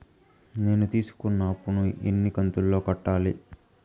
నేను తీసుకున్న అప్పు ను ఎన్ని కంతులలో కట్టాలి?